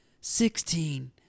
sixteen